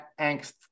angst